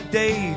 day